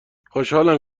خوشحالم